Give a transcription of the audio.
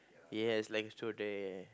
it has like truth or dare